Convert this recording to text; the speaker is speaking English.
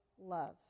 love